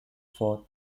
for